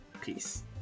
Peace